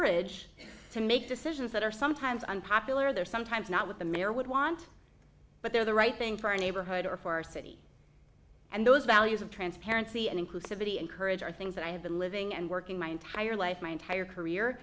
courage to make decisions that are sometimes unpopular there sometimes not what the mayor would want but they're the right thing for our neighborhood or for our city and those values of transparency and inclusively and courage are things that i have been living and working my entire life my entire career